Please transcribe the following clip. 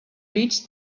reached